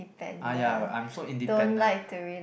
ah ya I'm so independent